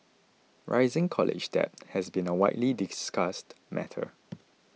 rising college debt has been a widely discussed matter